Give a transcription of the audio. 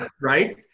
right